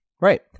Right